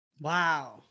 Wow